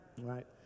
right